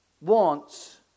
wants